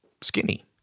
skinny